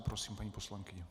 Prosím, paní poslankyně.